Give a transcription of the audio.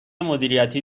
مدیریتی